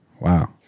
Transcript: Wow